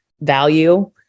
value